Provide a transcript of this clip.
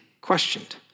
questioned